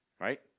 right